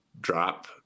drop